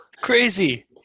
crazy